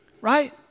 Right